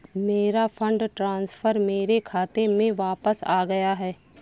मेरा fund transfer मेरे खाते में वापस आ गया है